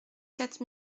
quatre